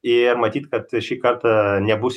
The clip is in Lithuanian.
ir matyt kad šį kartą nebus